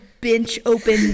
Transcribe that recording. bench-open